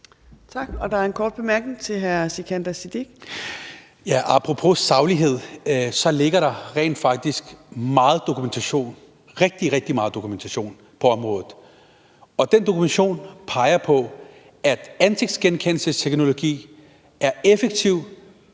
Tak. Der er en kort bemærkning til hr. Sikandar Siddique. Kl. 18:17 Sikandar Siddique (ALT): Apropos saglighed ligger der rent faktisk rigtig, rigtig meget dokumentation på området, og den dokumentation peger på, at ansigtsgenkendelsesteknologi er effektivt,